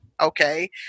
Okay